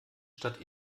stadt